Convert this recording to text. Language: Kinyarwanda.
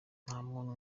ntamuntu